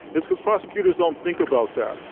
it's because prosecutors don't think about that.